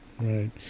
Right